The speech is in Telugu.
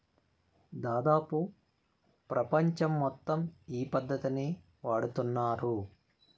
దాదాపు ప్రపంచం మొత్తం ఈ పద్ధతినే వాడుతున్నారు